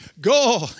go